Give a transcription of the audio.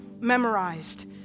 Memorized